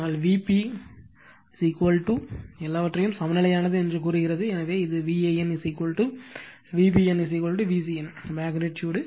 ஆனால் Vp எல்லாவற்றையும் சமநிலையானது என்று கூறுகிறது எனவே இது VAN VBN VCN மெக்னிட்யூடு